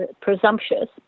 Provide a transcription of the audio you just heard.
presumptuous